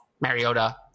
Mariota